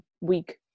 week